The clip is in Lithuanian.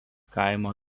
kaimo